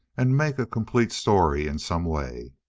and make a complete story in some way.